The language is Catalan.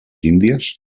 índies